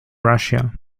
russia